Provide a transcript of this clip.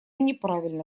неправильно